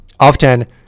Often